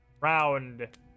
round